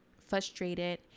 frustrated